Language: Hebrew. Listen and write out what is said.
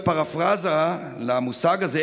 בפרפרזה למושג הזה,